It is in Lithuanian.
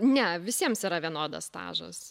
ne visiems yra vienodas stažas